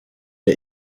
der